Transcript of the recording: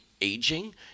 aging